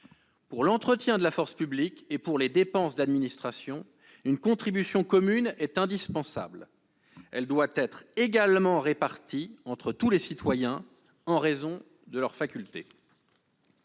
Pour l'entretien de la force publique, et pour les dépenses d'administration, une contribution commune est indispensable : elle doit être également répartie entre tous les citoyens, en raison de leurs facultés.